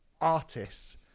artists